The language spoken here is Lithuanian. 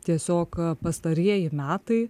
tiesiog pastarieji metai